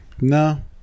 No